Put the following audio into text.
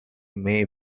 may